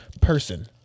person